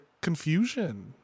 confusion